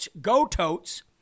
go-totes